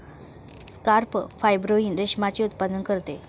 carp fibroin रेशमाचे उत्पादन करते